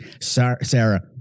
Sarah